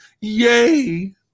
Yay